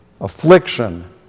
affliction